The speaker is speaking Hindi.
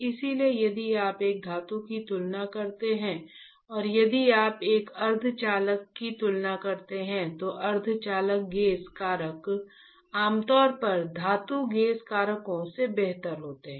इसलिए यदि आप एक धातु की तुलना करते हैं और यदि आप एक अर्धचालक की तुलना करते हैं तो अर्धचालक गेज कारक आमतौर पर धातु गेज कारकों से बेहतर होते हैं